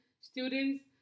students